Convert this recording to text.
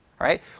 right